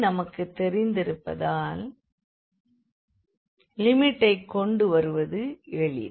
நமக்கு இது தெரிந்திருப்பதால்லிமிட்டைக் கொண்டு வருவது எளிது